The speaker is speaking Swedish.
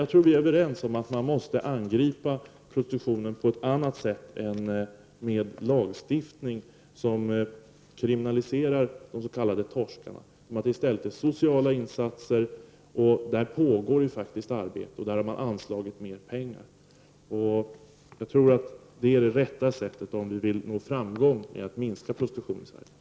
Jag tror att vi är överens om att prostitutionen måste angripas på något annat sätt än med lagstiftning, som kriminaliserar de s.k. torskarna, och att det i stället är sociala insatser som behövs. Där pågår ett arbete, och mer pengar har anslagits. Jag tror att det är det rätta sättet om vi vill nå framgång när det gäller att minska prostitutionen i Sverige.